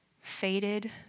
faded